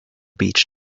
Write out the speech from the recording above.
beach